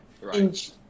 Right